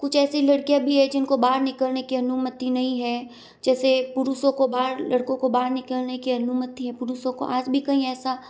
कुछ ऐसी लड़कियां भी है जिनको बाहर निकलने के अनुमति नहीं है जैसे पुरुषों को बाहर लड़कों को बाहर निकलने के अनुमति पुरुषों को आज भी कही ऐसा